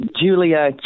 Julia